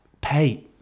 pay